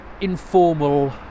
informal